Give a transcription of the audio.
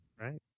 Right